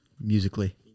musically